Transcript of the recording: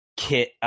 kit